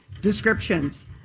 descriptions